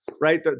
right